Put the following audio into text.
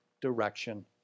direction